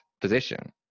position